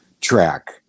track